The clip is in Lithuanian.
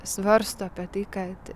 svarsto apie tai kad